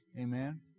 Amen